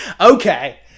Okay